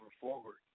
forward